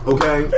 Okay